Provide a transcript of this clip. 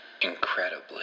incredibly